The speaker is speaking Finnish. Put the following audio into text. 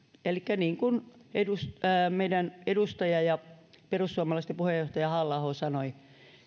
elikkä niin kuin meidän edustaja ja perussuomalaisten puheenjohtaja halla aho sanoi